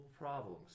problems